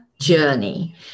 journey